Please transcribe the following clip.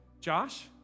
Josh